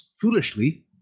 foolishly